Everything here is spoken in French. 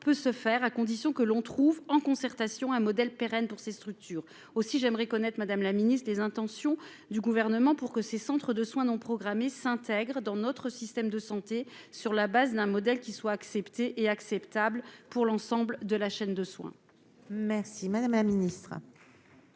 peut se faire à condition que l'on trouve en concertation, un modèle, pérenne pour ces structures aussi j'aimerais connaître, Madame la Ministre, les intentions du gouvernement pour que ces centres de soins non programmés s'intègre dans notre système de santé sur la base d'un modèle qui soit acceptée et acceptable pour l'ensemble de la chaîne de soins. Merci madame la ministre.